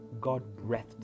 God-breathed